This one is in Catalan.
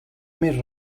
més